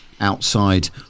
outside